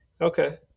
Okay